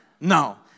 No